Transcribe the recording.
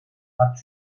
bat